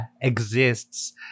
exists